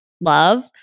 love